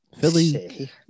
Philly